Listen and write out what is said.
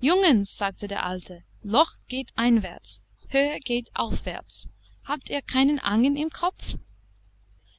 jungens sagte der alte loch geht einwärts höhe geht aufwärts habt ihr keine angen im kopfe